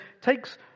takes